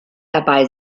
dabei